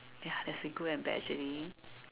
ya there's a good and bad actually